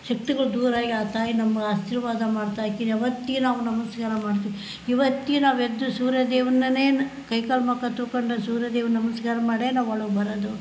ಶಕ್ತಿಗಳು ದೂರ ಆಗಿ ಆ ತಾಯಿ ನಮ್ಗೆ ಆಶೀರ್ವಾದ ಮಾಡ್ತ ಆಕಿನು ಯಾವತ್ತಿಗು ನಾವು ನಮಸ್ಕಾರ ಮಾಡ್ತಿವಿ ಇವತ್ತಿಗು ನಾವು ಎದ್ದು ಸೂರ್ಯದೇವನ್ನೆ ಕೈಕಾಲು ಮುಖ ತೊಳಕೊಂಡು ಸೂರ್ಯದೇವನ್ನ ನಮಸ್ಕಾರ ಮಾಡೇ ನಾವು ಒಳಗೆ ಬರೋದು